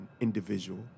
individual